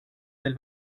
del